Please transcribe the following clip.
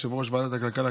יושב-ראש ועדת הכלכלה,